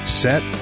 set